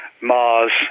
Mars